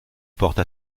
porte